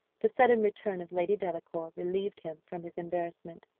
the sudden return of lady delacour relieved him from his embarrassment,